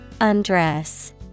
Undress